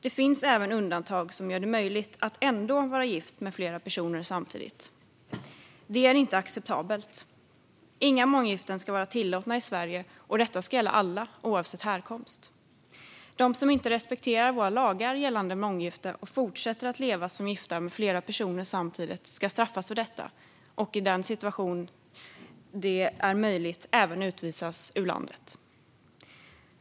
Det finns även undantag som gör det möjligt att ändå vara gift med flera personer samtidigt. Det är inte acceptabelt. Inga månggiften ska vara tillåtna i Sverige. Detta ska gälla alla, oavsett härkomst. De som inte respekterar våra lagar gällande månggifte och fortsätter att leva som gifta med flera personer samtidigt ska straffas för detta och i den situation det är möjligt även utvisas ur landet.